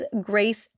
grace